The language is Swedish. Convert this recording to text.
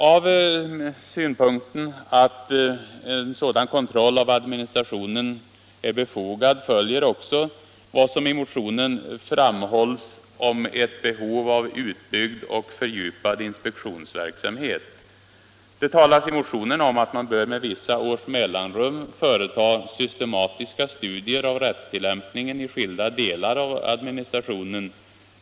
Av synpunkten att en sådan kontroll av administrationen är befogad Nr 24 följer också vad som i motionen framhålles om ett behov av utbyggd Onsdagen den och fördjupad inspektionsverksamhet. Det talas i motionen om att man = 19 november 1975 bör med vissa års mellanrum företa systematiska studier av rättstillämpningen i skilda delar av administrationen.